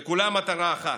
ולכולם מטרה אחת: